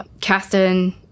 cast-in